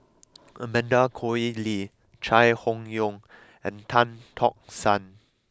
Amanda Koe Lee Chai Hon Yoong and Tan Tock San